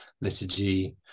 liturgy